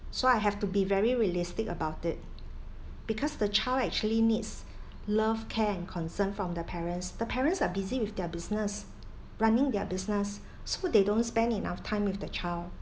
so I have to be very realistic about it because the child actually needs love care and concern from the parents the parents are busy with their business running their business so they don't spend enough time with the child